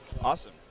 Awesome